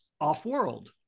off-world